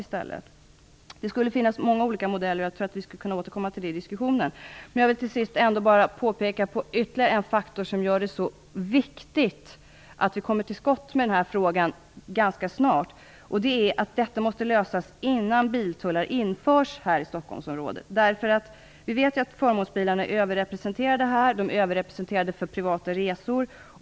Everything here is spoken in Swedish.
Det skulle kunna finnas många olika modeller. Jag tror att vi kan återkomma till det i diskussionen. Jag vill till sist bara peka på ytterligare än faktor som gör det så viktigt att vi ganska snart kommer till skott i den här frågan. Det handlar om att frågan måste lösas innan biltullar införs här i Stockholmsområdet. Vi vet ju att förmånsbilarna är överrepresenterade i Stockholm och att de är överrepresenterade för privata resor.